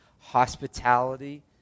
hospitality